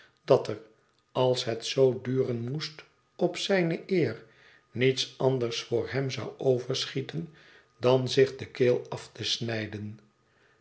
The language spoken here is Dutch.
dat er als het zoo duren moest op zijne eer niets anders voor hem zou overschieten dan zich de keel af te snijden